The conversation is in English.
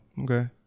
okay